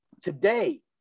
Today